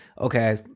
okay